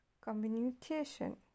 Communication